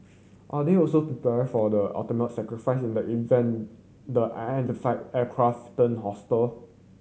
are they also be prepared for the ultimate sacrifice in the event the aircraft turn hostile